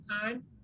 time